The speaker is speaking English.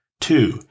Two